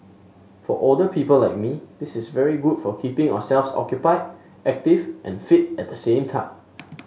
for older people like me this is very good for keeping ourselves occupied active and fit at the same time